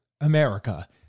America